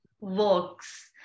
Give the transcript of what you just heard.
works